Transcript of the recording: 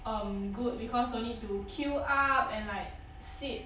um good because don't need to queue up and like sit